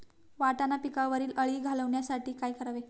वाटाणा पिकावरील अळी घालवण्यासाठी काय करावे?